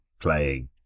playing